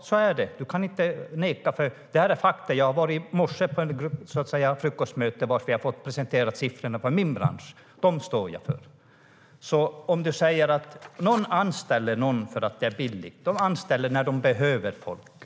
Så är det; du kan inte neka till det. Detta är fakta. I morse var jag på ett frukostmöte där jag fick siffrorna från min bransch presenterade, så dem står jag för. Du säger att någon anställer en person för att det är billigt. Arbetsgivare anställer när de behöver folk.